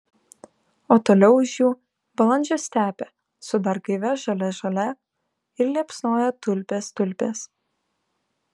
o toliau už jų balandžio stepė su dar gaivia žalia žole ir liepsnoja tulpės tulpės